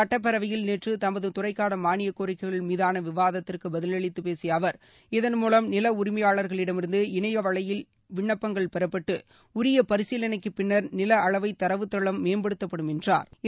சுட்டப்பேரவையில் நேற்று தமது துறைக்கான மானிய கோரிக்கைகள் மீதான விவாதத்திற்கு பதிலளித்து பேசிய அவர் இதன்மூலம் நில உரிமையாளரிடமிருந்து இணைய வழியில் விண்ணப்பங்கள் பெறப்பட்டு உரிய பரிசீலனைக்குப் பின்னா் நில அளவை தரவு தளம் மேம்படுத்தப்படும் என்றாா்